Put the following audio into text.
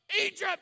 Egypt